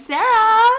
Sarah